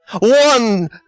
one